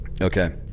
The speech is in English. Okay